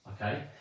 Okay